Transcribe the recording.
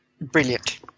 brilliant